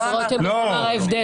עשרות ימים, הוא אמר, ההבדל.